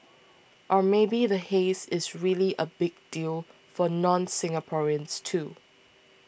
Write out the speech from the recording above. or maybe the haze is really a big deal for nonSingaporeans too